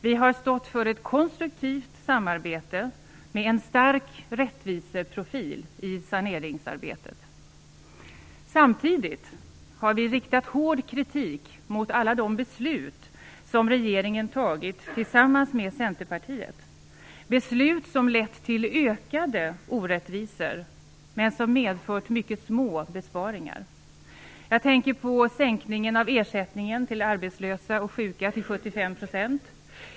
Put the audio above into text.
Vi har stått för ett konstruktivt samarbete med en stark rättviseprofil i saneringsarbetet. Samtidigt har vi riktat hård kritik mot alla de beslut som regeringen fattat tillsammans med Centerpartiet. Det är beslut som lett till ökade orättvisor men som medfört mycket små besparingar. Jag tänker på sänkningen av ersättningen till arbetslösa och sjuka till 75 %.